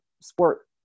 sport